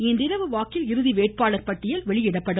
இன்றிரவு வாக்கில் இறுதி வேட்பாளர் பட்டியல் வெளியிடப்படும்